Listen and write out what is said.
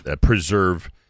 preserve